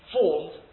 formed